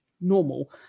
normal